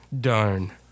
darn